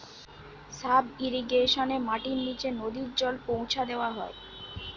sub ইর্রিগেশনে মাটির নিচে নদী জল পৌঁছা দেওয়া হয়